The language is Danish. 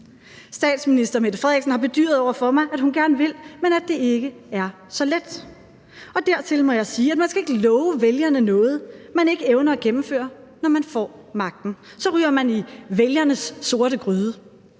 Statsminister Mette Frederiksen har bedyret over for mig, at hun gerne vil, men at det ikke er så let. Dertil må jeg sige, at man ikke skal love vælgerne noget, man ikke evner at gennemføre, når man får magten. Så ryger man i vælgernes sorte gryde.